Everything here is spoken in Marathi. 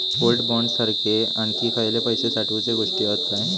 गोल्ड बॉण्ड सारखे आणखी खयले पैशे साठवूचे गोष्टी हत काय?